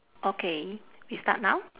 okay we start now